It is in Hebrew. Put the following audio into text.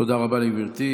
תודה רבה לגברתי.